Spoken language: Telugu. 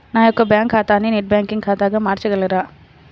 నా యొక్క బ్యాంకు ఖాతాని నెట్ బ్యాంకింగ్ ఖాతాగా మార్చగలరా?